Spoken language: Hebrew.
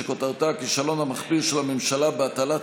שכותרתה: הכישלון המחפיר של הממשלה בהטלת